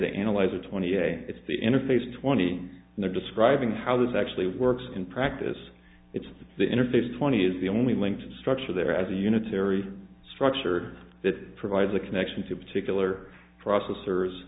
data analyzer twenty eight it's the interface twenty and they're describing how this actually works in practice it's the interface twenty is the only link to the structure there as a unitary structure that provides a connection to particular processors